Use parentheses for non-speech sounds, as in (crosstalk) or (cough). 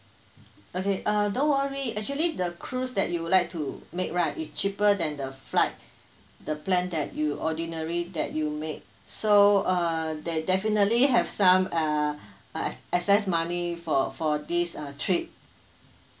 okay uh don't worry actually the cruise that you would like to make right is cheaper than the flight the plan that you ordinary that you made so uh they definitely have some uh (breath) uh acc~ access money for for these uh trip